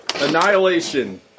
Annihilation